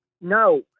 no